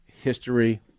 history